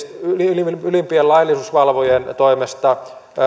ylimpien ylimpien laillisuusvalvojien toimesta